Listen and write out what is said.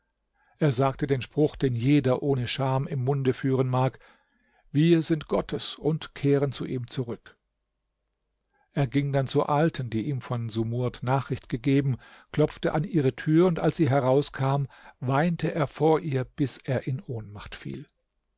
er sagten den spruch den jeder ohne scham im munde führen mag wir sind gottes und kehren zu ihm zurück er ging dann zur alten die ihm von sumurd nachricht gegeben klopfte an ihre tür und als sie herauskam weinte er vor ihr bis er in ohnmacht fiel